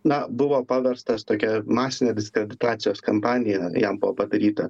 na buvo paverstas tokia masinė diskreditacijos kampanija jam buvo padaryta